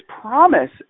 promise